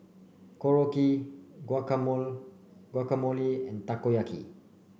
Korokke Guacamole and Takoyaki